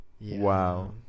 wow